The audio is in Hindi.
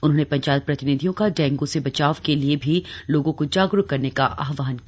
उन्होंने पंचायत प्रतिनिधियों का डेंगू से बचाव के लिए भी लोगों को जागरूक करने का आहवान किया